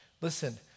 Listen